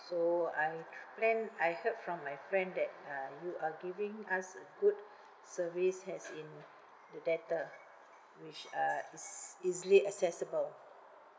so I tr~ plan I heard from my friend that uh you are giving us good service as in the data which uh is easily accessible